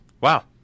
wow